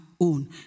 own